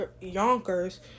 Yonkers